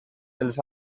els